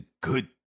good